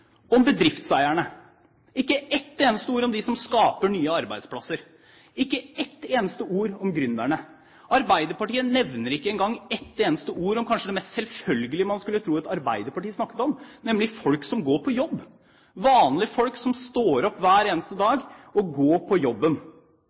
om bedriftseierne, ikke ett eneste ord om dem som skaper nye arbeidsplasser, ikke ett eneste ord om gründerne. Arbeiderpartiet nevner ikke engang ett eneste ord om kanskje det mest selvfølgelige man skulle tro at Arbeiderpartiet snakket om, nemlig folk som går på jobb, vanlige folk som står opp hver eneste